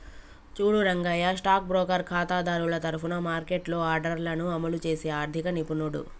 చూడు Rangayya stock broker ఖాతాదారుల తరఫున మార్కెట్లో ఆర్డర్లను అమలు చేసే ఆర్థిక నిపుణుడు